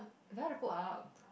and then how to put up